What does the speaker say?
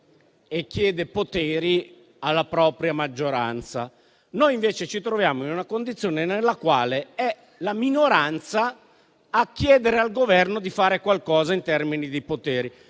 Parlamento e alla propria maggioranza. Noi invece ci troviamo in una condizione nella quale è la minoranza a chiedere al Governo di fare qualcosa in termini di poteri